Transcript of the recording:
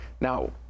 Now